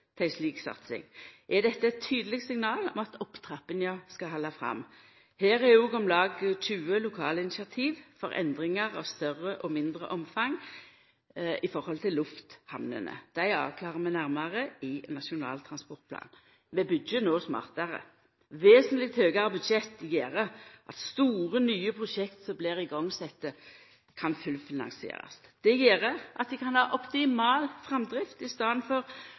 til ei slik satsing, er dette eit tydeleg signal om at opptrappinga skal halda fram. Her er òg om lag 20 lokale initiativ for endringar av større og mindre omfang i høve til lufthamnene. Dei avklarar vi nærare i Nasjonal transportplan. Vi byggjer no smartare. Vesentleg høgare budsjett gjer at store, nye prosjekt som blir sette i gang, kan fullfinansierast. Det gjer at dei kan ha optimal framdrift, i staden for